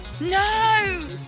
No